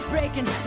Breaking